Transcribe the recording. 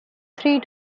three